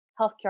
healthcare